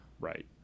right